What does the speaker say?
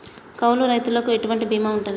కౌలు రైతులకు ఎటువంటి బీమా ఉంటది?